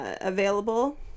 available